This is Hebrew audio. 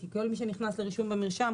כי כל מי שנכנס לרישום במרשם,